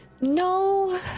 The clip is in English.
No